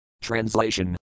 translation